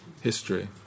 history